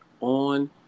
on